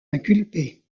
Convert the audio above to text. inculpé